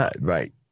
Right